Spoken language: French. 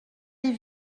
des